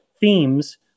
themes